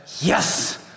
yes